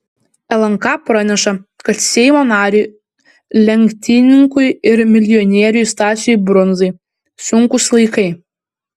lnk praneša kad seimo nariui lenktynininkui ir milijonieriui stasiui brundzai sunkūs laikai